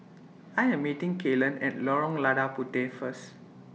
I Am meeting Kelan At Lorong Lada Puteh First